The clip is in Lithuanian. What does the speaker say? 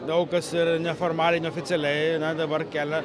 daug kas ir neformaliai neoficialiai na dabar kelia